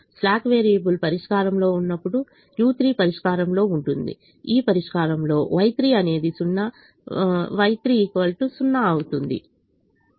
slack variable పరిష్కారంలో ఉన్నప్పుడు u3 పరిష్కారంలో ఉంటుంది ఈ పరిష్కారంలో Y3 అనేది 0 Y3 అనేది 0 Y3 0 అవుతుంది